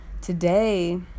today